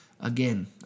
again